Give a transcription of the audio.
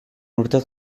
urtez